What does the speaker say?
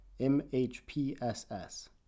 MHPSS